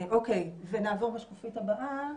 נעבור לשקופית הבאה,